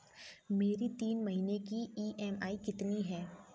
मेरी तीन महीने की ईएमआई कितनी है?